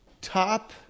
Top